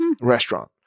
restaurant